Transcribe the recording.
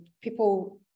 people